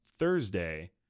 thursday